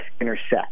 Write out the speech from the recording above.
intersect